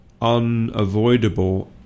unavoidable